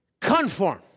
conform